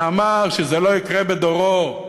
שאמר שזה לא יקרה בדורו?